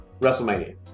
WrestleMania